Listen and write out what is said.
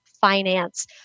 finance